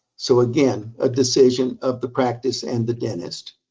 so again, a decision of the practice and the dentist.